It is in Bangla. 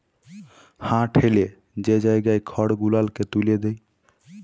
হাঁ ঠ্যালে যে জায়গায় খড় গুলালকে ত্যুলে দেয়